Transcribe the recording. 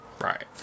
right